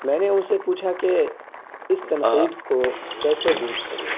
میں نے ان سے پوچھا کہ اس تنقید کو کیسے دور کروں